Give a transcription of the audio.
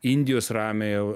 indijos ramiojo